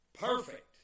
perfect